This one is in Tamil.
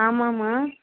ஆமாம் மா